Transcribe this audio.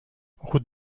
route